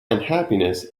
unhappiness